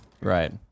Right